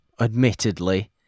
Admittedly